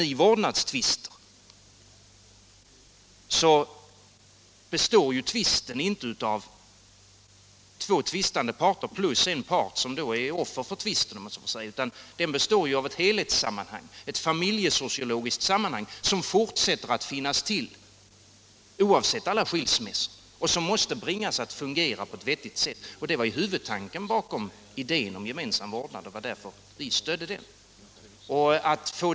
I vårdnadstvister finns det inte två tvistande parter plus en part som är offer för tvisten utan det är en helhet, ett familjesociologiskt sammanhang som fortsätter att finnas till oavsett alla skilsmässor och som måste bringas att fungera på ett vettigt sätt. Det var huvudtanken bakom idén om gemensam vårdnad, och det var därför vi stödde den.